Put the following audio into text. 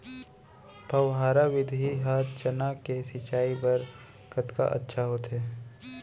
फव्वारा विधि ह चना के सिंचाई बर कतका अच्छा होथे?